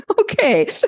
Okay